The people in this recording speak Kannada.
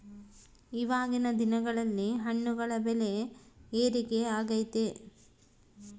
ಇವಾಗಿನ್ ದಿನಗಳಲ್ಲಿ ಹಣ್ಣುಗಳ ಬೆಳೆ ಏರಿಕೆ ಆಗೈತೆ